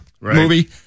movie